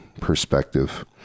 perspective